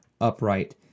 upright